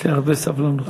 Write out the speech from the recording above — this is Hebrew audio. יש לי הרבה סבלנות.